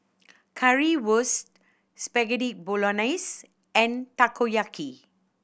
Currywurst Spaghetti Bolognese and Takoyaki